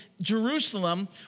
Jerusalem